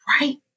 right